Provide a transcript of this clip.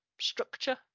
structure